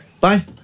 Bye